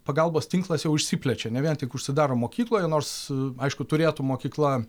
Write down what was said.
pagalbos tinklas jau išsiplečia ne vien tik užsidaro mokykloje nors aišku turėtų mokykla